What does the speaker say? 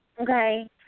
okay